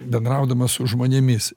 bendraudamas su žmonėmis